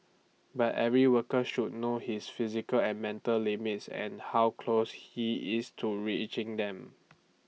but every worker should know his physical and mental limits and how close he is to reaching them